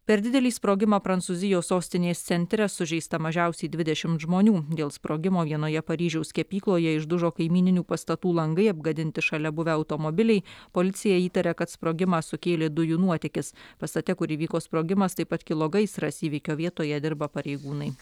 per didelį sprogimą prancūzijos sostinės centre sužeista mažiausiai dvidešimt žmonių dėl sprogimo vienoje paryžiaus kepykloje išdužo kaimyninių pastatų langai apgadinti šalia buvę automobiliai policija įtaria kad sprogimą sukėlė dujų nuotėkis pastate kur įvyko sprogimas taip pat kilo gaisras įvykio vietoje dirba pareigūnai